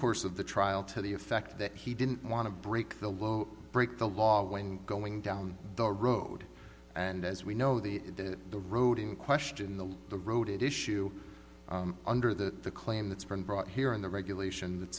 course of the trial to the effect that he didn't want to break the low break the law when going down the road and as we know the that the road in question the the road it issue under the the claim that's been brought here in the regulation